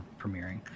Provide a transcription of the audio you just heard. premiering